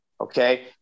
Okay